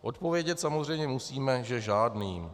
Odpovědět samozřejmě musíme, že žádným.